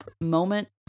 moment